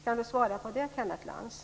Kan du svara på det, Kenneth Lantz?